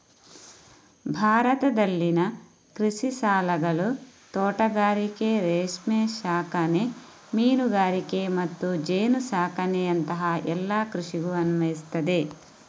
ಭಾರತದಲ್ಲಿನ ಕೃಷಿ ಸಾಲಗಳು ತೋಟಗಾರಿಕೆ, ರೇಷ್ಮೆ ಸಾಕಣೆ, ಮೀನುಗಾರಿಕೆ ಮತ್ತು ಜೇನು ಸಾಕಣೆಯಂತಹ ಎಲ್ಲ ಕೃಷಿಗೂ ಅನ್ವಯಿಸ್ತದೆ